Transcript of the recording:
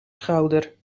schouder